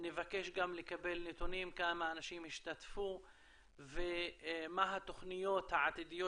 נבקש לקבל נתונים כמה אנשים השתתפו ומה התוכניות העתידיות